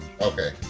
Okay